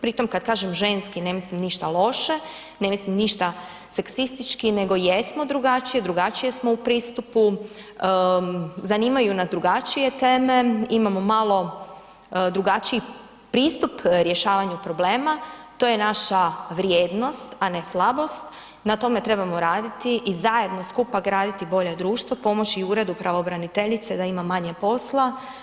Pri tom kad kažem ženski ne mislim ništa loše, ne mislim ništa seksistički nego jesmo drugačije, drugačije smo u pristupu, zanimaju nas drugačije teme, imamo malo drugačiji pristup rješavanju problema to je naša vrijednost, a ne slabost, na tome trebamo raditi i zajedno skupa graditi bolje društvo, pomoći i Uredu pravobraniteljice da ima manje posla.